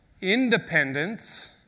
independence